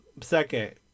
Second